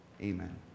Amen